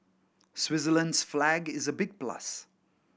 Switzerland's flag is a big plus